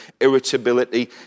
irritability